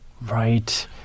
Right